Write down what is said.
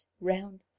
round